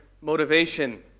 motivation